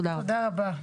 תודה רבה.